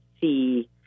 see